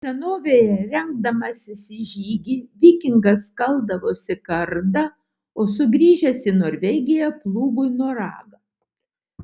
senovėje rengdamasis į žygį vikingas kaldavosi kardą o sugrįžęs į norvegiją plūgui noragą